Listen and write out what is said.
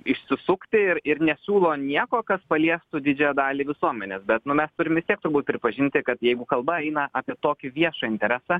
išsisukti ir ir nesiūlo nieko kas paliestų didžiąją dalį visuomenės bet mes turim vis tiek turbūt pripažinti kad jeigu kalba eina apie tokį viešą interesą